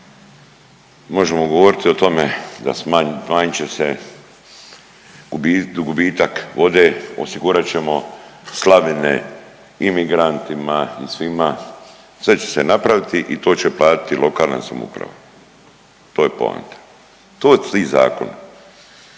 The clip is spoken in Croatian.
možemo govoriti o tome da smanjit će se gubitak vode, osigurat ćemo slavine imigrantima i svima, sve će se napraviti i to će platiti lokalna samouprava. To je poanta, to su ti zakoni.